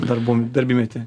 darbų darbymety